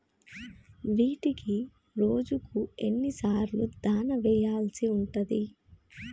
వీటికి రోజుకు ఎన్ని సార్లు దాణా వెయ్యాల్సి ఉంటది?